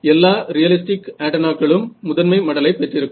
எல்லா ரியலிஸ்டிக் ஆன்டென்னாக்களும் முதன்மை மடலை பெற்றிருக்கும்